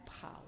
power